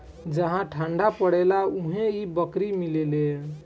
जहा ठंडा परेला उहे इ बकरी मिलेले